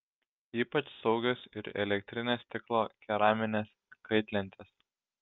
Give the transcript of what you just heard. ypač saugios ir elektrinės stiklo keraminės kaitlentės